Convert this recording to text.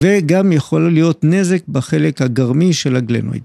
וגם יכול להיות נזק בחלק הגרמי של הגלמי